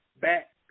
back